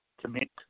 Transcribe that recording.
Commit